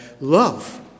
Love